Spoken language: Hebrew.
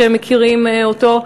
שמכירים אותו,